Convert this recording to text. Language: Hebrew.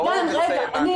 עידן רגע.